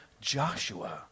Joshua